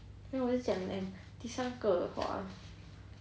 我已经讲 leh then 第三个 !wah!